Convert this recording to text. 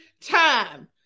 time